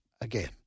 again